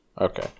okay